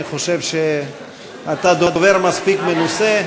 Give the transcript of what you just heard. אני חושב שאתה דובר מספיק מנוסה.